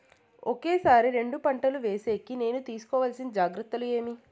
ఒకే సారి రెండు పంటలు వేసేకి నేను తీసుకోవాల్సిన జాగ్రత్తలు ఏమి?